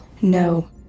No